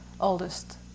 oldest